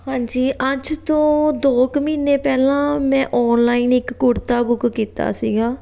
ਹਾਂਜੀ ਅੱਜ ਤੋਂ ਦੋ ਕੁ ਮਹੀਨੇ ਪਹਿਲਾਂ ਮੈਂ ਔਨਲਾਈਨ ਇੱਕ ਕੁੜਤਾ ਬੁੱਕ ਕੀਤਾ ਸੀਗਾ